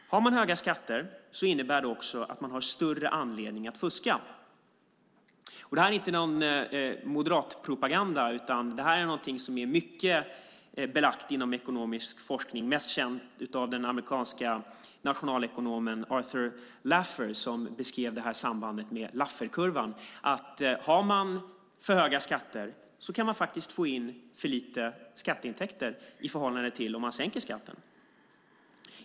Har man höga skatter innebär det att man har större anledning att fuska. Det här är inte någon moderatpropaganda, utan det är någonting som är väl belagt inom ekonomisk forskning. Mest känd är den amerikanske nationalekonomen Arthur Laffer, som beskrev sambandet med Lafferkurvan, att har man för höga skatter kan man få in för lite skatteintäkter i förhållande till om man sänker skatten.